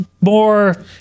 More